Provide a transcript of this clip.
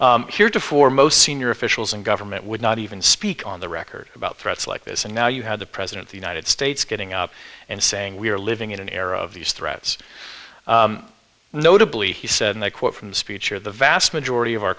heretofore most senior officials in government would not even speak on the record about threats like this and now you have the president the united states getting up and saying we are living in an era of these threats notably he said and i quote from the speech or the vast majority of our